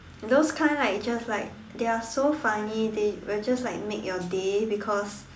those kind like it just like they are so funny they will just like make your day because